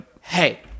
hey